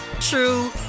true